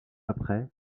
après